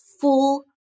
full